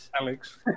Alex